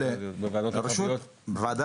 כל רשות --- בוועדות המרחביות?